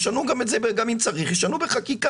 אם צריך ישנו גם את זה בחקיקה.